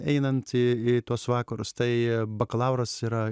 einant į į tuos vakarus tai bakalauras yra